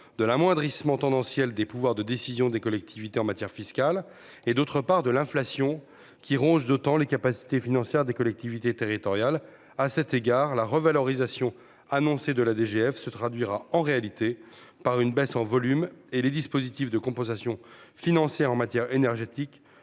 de l'amoindrissement tendancielle des pouvoirs de décisions des collectivités en matière fiscale et d'autre part, de l'inflation qui ronge d'autant les capacités financières des collectivités territoriales, à cet égard la revalorisation annoncée de la DGF se traduira en réalité par une baisse en volume et les dispositifs de compensations financières en matière énergétique,